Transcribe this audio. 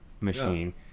machine